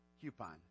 coupon